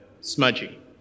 smudgy